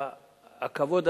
הכבוד,